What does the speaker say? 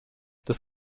das